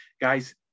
Guys